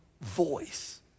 voice